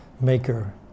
maker